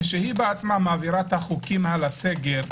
כשהיא בעצמה מעבירה את החוקים על הסגר,